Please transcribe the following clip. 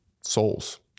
souls